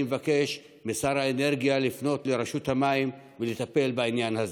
אני מבקש משר האנרגיה לפנות לרשות המים ולטפל בעניין הזה.